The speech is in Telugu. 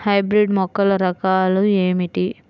హైబ్రిడ్ మొక్కల రకాలు ఏమిటి?